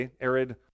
arid